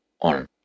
on